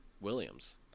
Williams